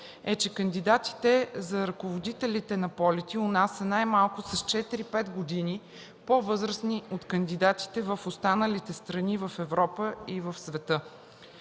е, че кандидатите за ръководители на полети у нас са най-малко с 4-5 години по-възрастни от кандидатите в останалите страни в Европа и в света,